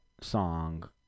song